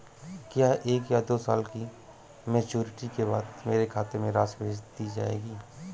क्या एक या दो साल की मैच्योरिटी के बाद मेरे खाते में राशि भेज दी जाएगी?